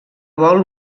vol